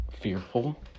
fearful